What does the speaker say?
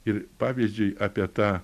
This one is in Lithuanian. ir pavyzdžiui apie tą